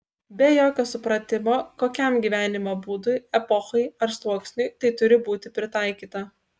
be jokio supratimo kokiam gyvenimo būdui epochai ar sluoksniui tai turi būti pritaikyta